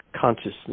consciousness